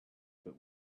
but